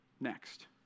next